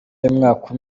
y’umwaka